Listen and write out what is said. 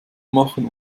machen